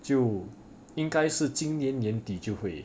就应该是今年年底就会